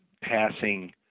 passing